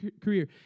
career